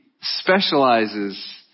specializes